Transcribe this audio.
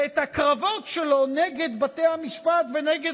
ואת הקרבות שלו נגד בתי המשפט ונגד